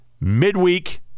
midweek